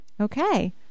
Okay